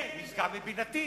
זה נשגב מבינתי.